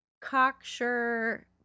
cocksure